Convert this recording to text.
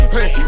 Hey